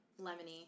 lemony